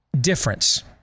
difference